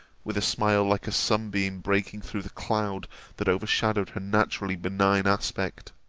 with a smile like a sun-beam breaking through the cloud that overshadowed her naturally benign aspect